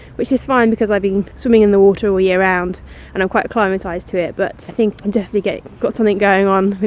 which is fine because i've been swimming in the water all year round and i'm quite acclimatised to it, but i think i'm definitely getting, got something going on.